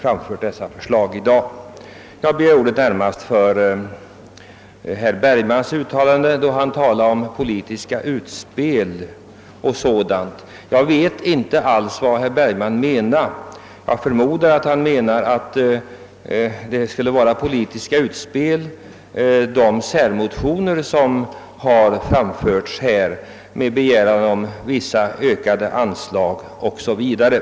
Jag begärde emellertid ordet närmast med anledning av herr Bergmans tal om »politiskt utspel». Jag vet inte vad herr Bergman menar — jag förmodar att han avser de motioner som väckts med begäran om ökade anslag på vissa punkter.